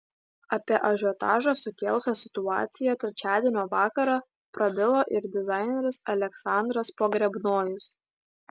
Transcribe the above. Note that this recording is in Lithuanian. apie ažiotažą sukėlusią situaciją trečiadienio vakarą prabilo ir dizaineris aleksandras pogrebnojus